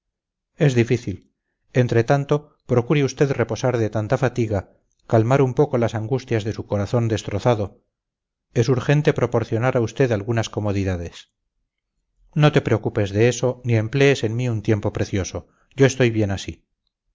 es difícil entre tanto procure usted reposar de tanta fatiga calmar un poco las angustias de su corazón destrozado es urgente proporcionar a usted algunas comodidades no te preocupes de eso ni emplees en mí un tiempo precioso yo estoy bien así